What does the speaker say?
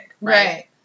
right